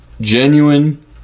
genuine